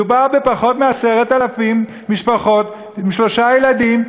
מדובר בפחות מ-10,000 משפחות עם שלושה ילדים,